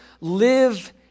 live